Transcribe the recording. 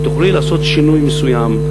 ותוכלי לעשות שינוי מסוים.